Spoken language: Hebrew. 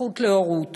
הזכות להורות,